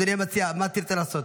אדוני המציע, מה תרצה לעשות?